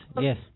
yes